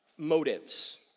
Motives